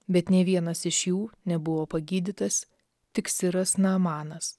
bet nė vienas iš jų nebuvo pagydytas tik siras namanas